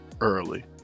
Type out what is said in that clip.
early